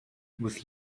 with